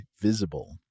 Visible